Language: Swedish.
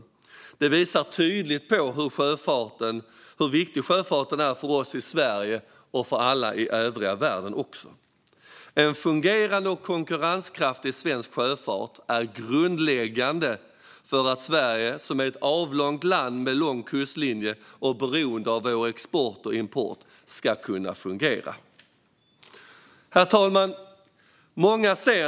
Detta visar tydligt hur viktig sjöfarten är för oss i Sverige och för alla i övriga världen. En fungerande och konkurrenskraftig svensk sjöfart är grundläggande för att Sverige, som är ett avlångt land med lång kustlinje och som är beroende av export och import, ska kunna fungera. Herr talman!